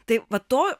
tai va to